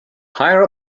higher